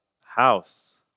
House